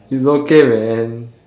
it's okay man